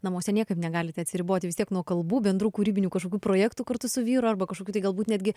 namuose niekaip negalite atsiriboti vis tiek nuo kalbų bendrų kūrybinių kažkokių projektų kartu su vyru arba kažkokių tai galbūt netgi